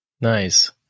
Nice